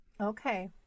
Okay